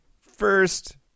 First